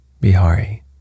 Bihari